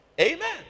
Amen